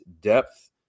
depth